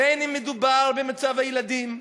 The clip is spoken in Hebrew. בין אם מדובר במצב הילדים,